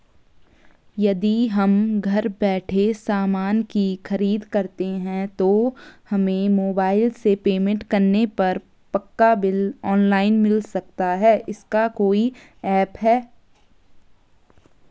यदि हम घर बैठे सामान की खरीद करते हैं तो हमें मोबाइल से पेमेंट करने पर पक्का बिल ऑनलाइन मिल सकता है इसका कोई ऐप है